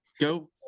go